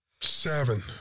seven